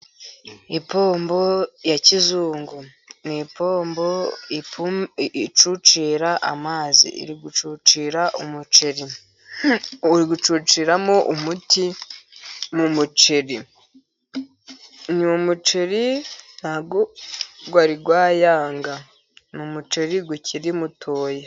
Ipombo ya kizungu ni ipombo icucira amazi. Iri gucucira umuceri, iri gucucira umuti mu muceri. Uyu muceri, nta bwo wari wayanga. Ni umuceri ukiri mutoya.